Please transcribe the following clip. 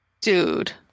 Dude